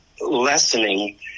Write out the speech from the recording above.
lessening